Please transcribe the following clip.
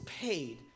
paid